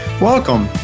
Welcome